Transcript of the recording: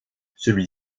celui